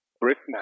Britain